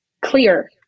clear